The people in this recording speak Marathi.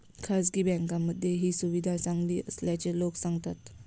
खासगी बँकांमध्ये ही सुविधा चांगली असल्याचे लोक सांगतात